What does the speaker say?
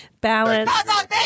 balance